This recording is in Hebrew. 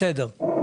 בסדר.